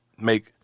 make –